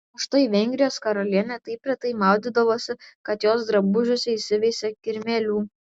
o štai vengrijos karalienė taip retai maudydavosi kad jos drabužiuose įsiveisė kirmėlių